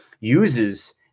uses